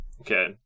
Okay